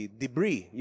debris